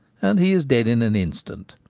and he is dead in an instant.